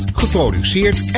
geproduceerd